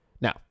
Now